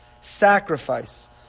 Sacrifice